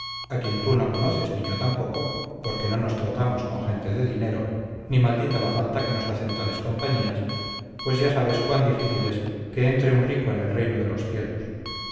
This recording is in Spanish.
a quien tú no conoces ni yo tampoco porque no nos tratamos con gente de dinero ni maldita la falta que nos hacen tales compañías pues ya sabes cuán difícil es que entre un rico en el reino de los cielos